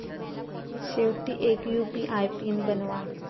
शेवटी एक UPI PIN बनवा